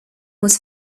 was